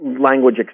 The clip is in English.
language